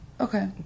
Okay